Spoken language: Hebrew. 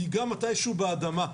ייגע מתי שהוא באדמה.